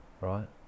right